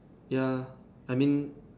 ya I mean